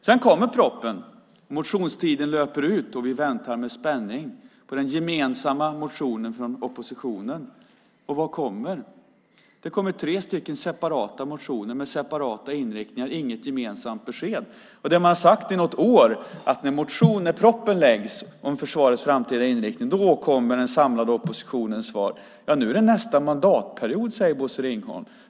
Sedan kommer propositionen, motionstiden löper ut, och vi väntar med spänning på den gemensamma motionen från oppositionen. Vad kommer? Det kommer tre separata motioner med separata inriktningar, inget gemensamt besked. Men man har sagt något år att när propositionen läggs fram om försvarets framtida inriktning kommer den samlade oppositionens svar. Det kommer under nästa mandatperiod, säger Bosse Ringholm.